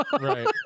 Right